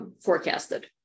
forecasted